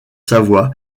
savoie